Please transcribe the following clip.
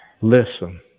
Listen